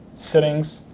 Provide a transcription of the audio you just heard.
settings,